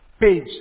page